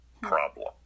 problem